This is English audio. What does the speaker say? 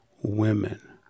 women